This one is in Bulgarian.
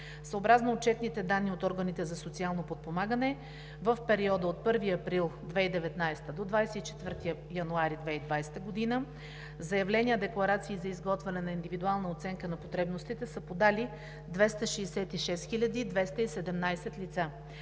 Съобразно отчетните данни от органите за социално подпомагане в периода от 1 април 2019 г. до 24 януари 2020 г. заявления-декларации за изготвяне на индивидуална оценка на потребностите са подали 266 217 лица,